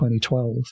2012